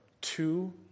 two